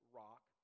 rock